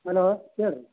hello ಹೇಳಿರಿ